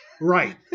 Right